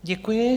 Děkuji.